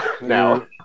now